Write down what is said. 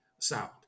sound